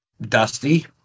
Dusty